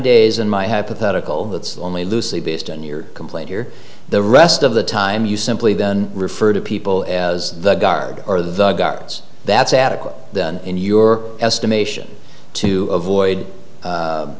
days in my head pathetically that's only loosely based on your complaint here the rest of the time you simply then refer to people as the guard or the guards that's adequate in your estimation to avoid